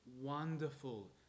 wonderful